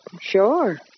Sure